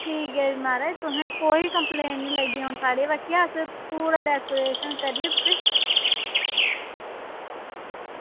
ठीक ऐ माराज तुसें कोई कंप्लेन निं औन लग्गी साढ़ी बक्खी दा पूरा डेकोरेशन करियै